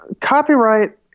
copyright